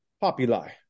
Populi